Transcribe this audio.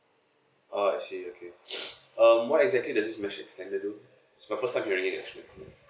uh I see okay um what exactly does this mesh extender do it's my first time hearing it actually